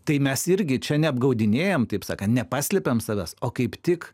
tai mes irgi čia neapgaudinėjam taip sakant nepaslėpiam savęs o kaip tik